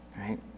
right